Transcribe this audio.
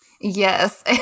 Yes